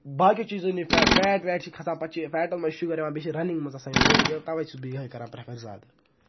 باقیو چیٖزَو نِش فیٹ ویٹ چھُ کھسان پَتہٕ چھِ فیٹو منٛز شُگر یِوان بیٚیہِ چھُ رَنِگ منٛز آسان یِم یہِ تَوے چھُس بہٕ یِہوے کران پرٛفر زیادٕ